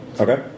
Okay